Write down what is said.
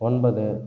ஒன்பது